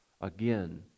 again